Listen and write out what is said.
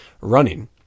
running